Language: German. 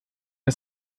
der